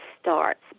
starts